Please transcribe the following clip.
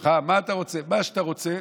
מה שאתה רוצה.